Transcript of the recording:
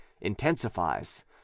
intensifies